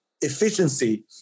efficiency